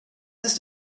ist